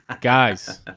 guys